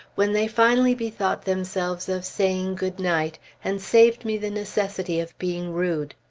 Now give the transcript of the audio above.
when they finally bethought themselves of saying good-night, and saved me the necessity of being rude.